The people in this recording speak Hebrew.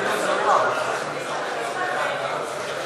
סיעת מרצ להביע אי-אמון בממשלה לא נתקבלה.